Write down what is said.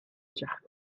کرد